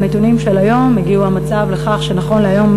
בנתונים של היום הגיע המצב לכך שנכון להיום,